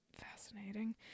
fascinating